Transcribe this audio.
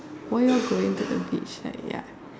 why your'll going to the beach like ya